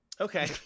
Okay